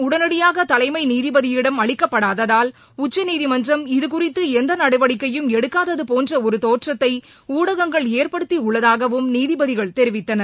உடனடியாகதலைமைநீதிபதியிடம் இந்தகடிதம் உச்சநீதிமன்றம் இதுகுறித்துஎந்தநடவடிக்கையும் எடுக்காததுபோன்றஒருதோற்றத்தைஊடகங்கள் ஏற்படுத்தியுள்ளதாகவும் நீதிபதிகள் தெரிவித்தனர்